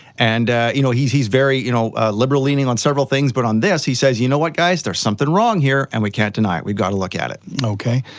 and you know he's he's very you know liberal-leaning on several things, but on this he says, you know what guys, there's something wrong here, and we can't deny it, we've gotta look at it. okay,